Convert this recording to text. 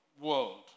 world